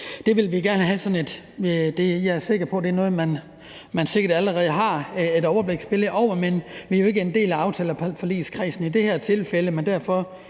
som vil være omfattet af det. Jeg er sikker på, at det er noget, man sikkert allerede har et overbliksbillede over, men vi er jo ikke en del af aftaleforligskredsen i det her tilfælde, men derfor